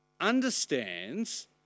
understands